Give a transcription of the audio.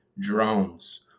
drones